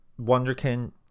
Wonderkin